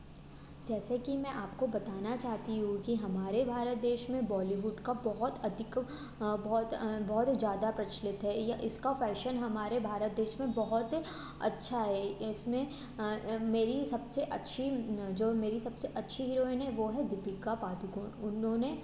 जैसे कि मैं आपको बताना चाहती हूँ कि हमारे भारत देश में बॉलीवुड का बहुत अधिक बहुत बहुत ज़्यादा प्रचलित है इसका फैशन भारत देश में बहुत अच्छा है इसमें मेरी सबसे अच्छी जो मेरी सबसे अच्छी हिरोइन है वह है दीपिका पादुकोण उन्होंने